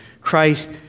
Christ